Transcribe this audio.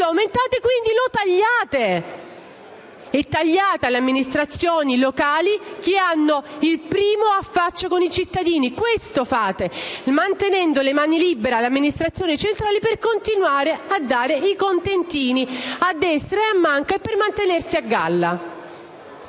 lo aumentate, allora lo tagliate. E tagliate alle amministrazioni locali che hanno il primo approccio con i cittadini. Questo fate, mantenendo le mani libere alle amministrazioni centrali per continuare a dare i contentini a destra e a manca e per mantenersi a galla.